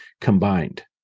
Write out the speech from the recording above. combined